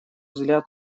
взгляд